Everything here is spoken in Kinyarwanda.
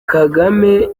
kagame